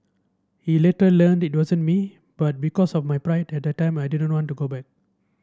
he later learned it wasn't me but because of my pride at the time I didn't want to go back